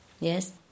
Yes